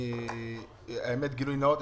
למען גילוי נאות,